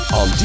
on